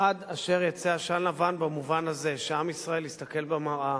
עד אשר יצא עשן לבן במובן הזה שעם ישראל יסתכל במראה